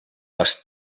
les